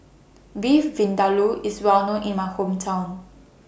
Beef Vindaloo IS Well known in My Hometown